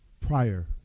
prior